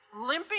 Limping